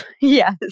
yes